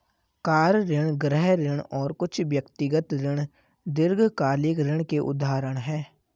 car ऋण, गृह ऋण और कुछ व्यक्तिगत ऋण दीर्घकालिक ऋण के उदाहरण हैं